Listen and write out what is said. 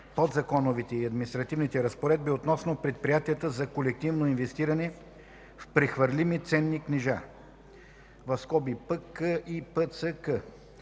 подзаконовите и административните разпоредби относно предприятията за колективно инвестиране в прехвърлими ценни книжа и Директива